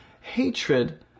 Hatred